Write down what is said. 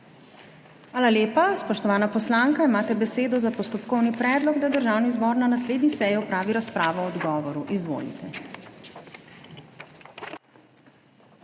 Hvala lepa. Kolega poslanec, imate besedo za postopkovni predlog, da Državni zbor na naslednji seji opravi razpravo o odgovoru. Izvolite.